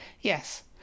Yes